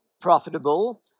profitable